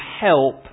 help